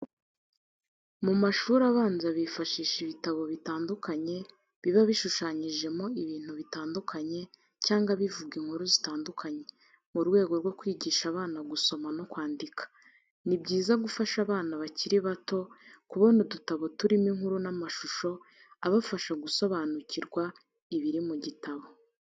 Mu mashuri abanza bifashisha ibitabo bitandukanye biba bishushanyijemo ibintu bitandukanye cyangwa bivuga inkuru zitandukanye, mu rwego rwo kwigisha abana gusoma no kwandika. Ni byiza gufasha abana bakiri bato kubona udutabo turimo inkuru n'amashusho abafasha gusobanukirwa ibiri mu gitabo.